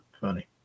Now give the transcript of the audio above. funny